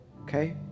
Okay